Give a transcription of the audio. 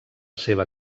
seva